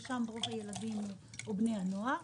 שמהן מגיעים רוב בני הנוער,